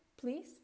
please